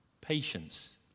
patience